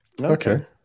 okay